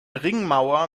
ringmauer